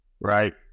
right